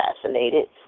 assassinated